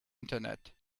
internet